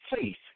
faith